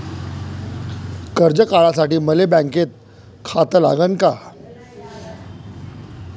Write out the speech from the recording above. कर्ज काढासाठी मले बँकेत खातं लागन का?